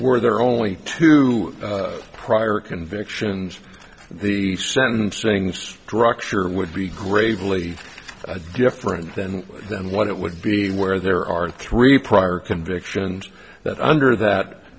we're there are only two prior convictions for the sentencing structure would be gravely different then than what it would be where there are three prior convictions that under that